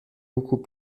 beaucoup